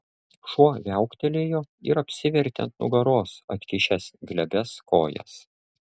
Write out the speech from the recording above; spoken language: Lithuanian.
šuo viauktelėjo ir apsivertė ant nugaros atkišęs glebias kojas